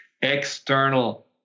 external